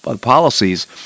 policies